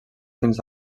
fins